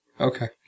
Okay